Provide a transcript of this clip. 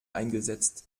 eingesetzt